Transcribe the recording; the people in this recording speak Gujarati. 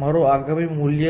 મારું આગામી મૂલ્ય છે